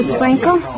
Sprinkle